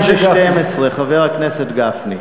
חבר הכנסת משה גפני.